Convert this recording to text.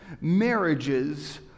marriages